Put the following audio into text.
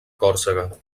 còrsega